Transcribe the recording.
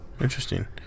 interesting